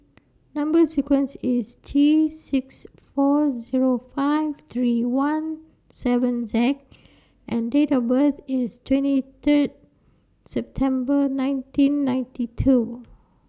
Number sequence IS T six four Zero five three one seven Z and Date of birth IS twenty Third September nineteen ninety two